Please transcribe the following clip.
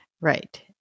Right